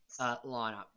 lineup